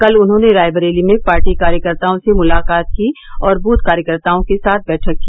कल उन्होंने रायबरेली में पार्टी कार्यकर्ताओं से मुलाकात की और बूथ कार्यकर्ताओं के साथ बैठक की